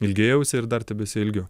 ilgėjausi ir dar tebesiilgiu